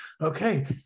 okay